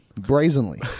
Brazenly